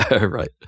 Right